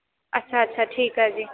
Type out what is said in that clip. ਅੱਛਾ ਅੱਛਾ ਠੀਕ ਹੈ ਜੀ